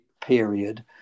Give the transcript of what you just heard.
period